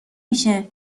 میشهبرو